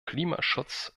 klimaschutz